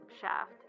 Shaft